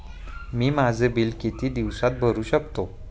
मी माझे बिल किती दिवसांत भरू शकतो?